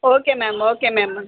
okay ma'am okay ma'am